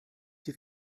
die